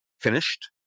Finished